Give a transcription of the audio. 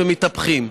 ומתהפכים.